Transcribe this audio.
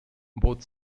both